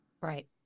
Right